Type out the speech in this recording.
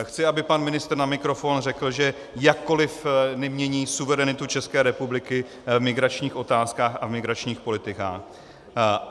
Chci, aby pan ministr na mikrofon řekl, že jakkoliv nemění suverenitu České republiky v migračních otázkách a migračních politikách.